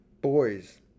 boys